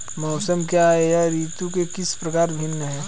मौसम क्या है यह ऋतु से किस प्रकार भिन्न है?